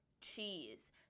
cheese